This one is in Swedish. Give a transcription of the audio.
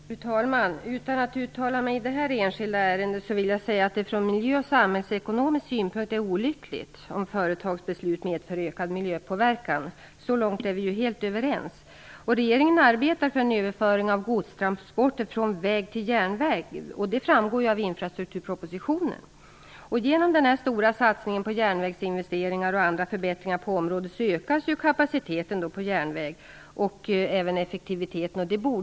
Fru talman! Utan att uttala mig i det enskilda ärendet anser jag att det från miljö och samhällsekonomisk synpunkt är olyckligt om företagsbeslut medför ökad miljöpåverkan. Så långt är vi helt överens. Regeringen arbetar på en överföring av godstransporter från väg till järnväg. Det framgår av infrastrukturpropositionen. Med hjälp av denna stora satsning på järnvägsinvesteringar och andra förbättringar på området ökas kapaciteten och effektiviteten på järnvägar.